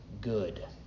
good